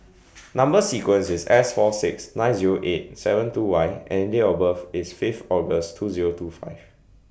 Number sequence IS S four six nine Zero eight seven two Y and Date of birth IS Fifth August two Zero two five